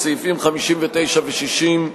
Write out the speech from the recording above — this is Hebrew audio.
סעיפים 59 ו-60,